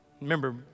Remember